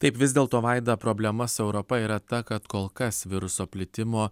taip vis dėlto vaida problema su europa yra ta kad kol kas viruso plitimo